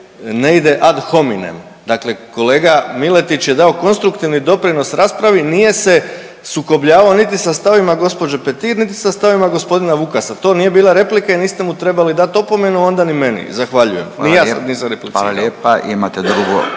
ne ide ad hominem. Dakle, kolega Miletić je dao konstruktivni doprinos raspravi, nije se sukobljavao niti sa stavovima gospođe Petir niti sa stavovima g. Vukasa, to nije bila replika i niste mu trebali dat opomenu, a onda ni meni. Zahvaljujem. Ni ja nisam replicirao.